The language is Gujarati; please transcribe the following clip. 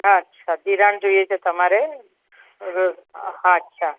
અચ્છા ધિરાણ જોઈએ છે તમારે હવે હા અચ્છા